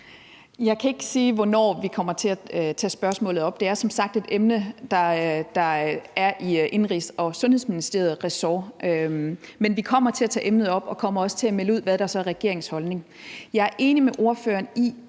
Jeg kan ikke sige, hvornår vi kommer til at tage spørgsmålet op. Det er som sagt et emne, der hører under Indenrigs- og Sundhedsministeriets ressort, men vi kommer til at tage emnet op, og vi kommer også til at melde ud, hvad der så er regeringens holdning. Jeg er enig med ordføreren i,